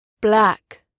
Black